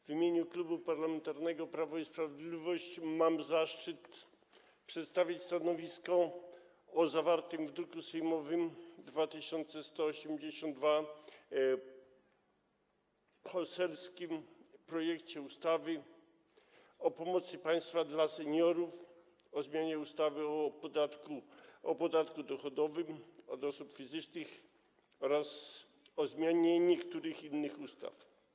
W imieniu Klubu Parlamentarnego Prawo i Sprawiedliwość mam zaszczyt przedstawić stanowisko wobec zawartego w druku sejmowym nr 2182 poselskiego projektu ustawy o pomocy państwa dla seniorów, o zmianie ustawy o podatku dochodowym od osób fizycznych oraz o zmianie niektórych innych ustaw.